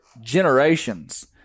generations